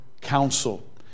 counsel